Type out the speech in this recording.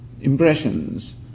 impressions